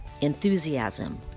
enthusiasm